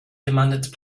demanded